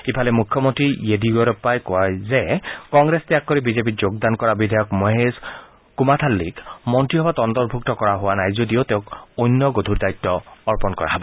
ইফালে মুখ্যমন্ত্ৰী য়েডিয়ুৰাপ্পাই কয় যে কংগ্ৰেছ ত্যাগ কৰি বিজেপিত যোগদান কৰা বিধায়ক মহেশ কুমাথাল্নিক মন্ত্ৰীসভাত অন্তৰ্ভূক্ত কৰা হোৱা নাই যদিও তেওঁক অন্য গধুৰ দায়িত্ব অৰ্পণ কৰা হব